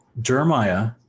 Jeremiah